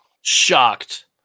Shocked